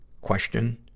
Question